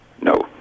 No